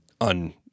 on